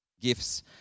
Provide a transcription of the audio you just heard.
gifts